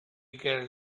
girl